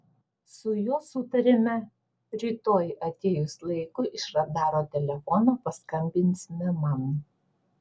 su juo sutarėme rytoj atėjus laikui iš radaro telefono paskambinsime man